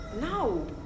No